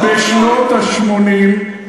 עוד בשנות ה-80,